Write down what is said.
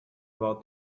about